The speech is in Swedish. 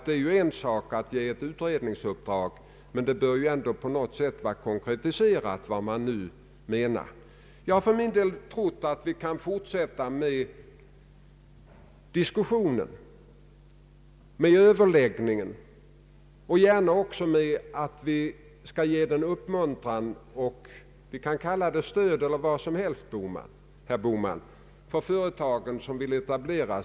De forskningsresultat som redovisas av ERU har jag tolkat på det sättet att man ännu inte klart kan utläsa konsekvenserna av olika handlingsalternativ. Vi måste därför pröva oss fram i riktning mot ökad konkretisering av de regionalpolitiska målen.